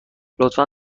لطفا